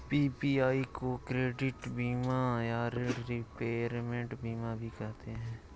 PPI को credit बीमा या ॠण रिपेयरमेंट बीमा भी कहते हैं